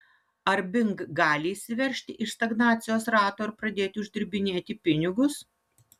ar bing gali išsiveržti iš stagnacijos rato ir pradėti uždirbinėti pinigus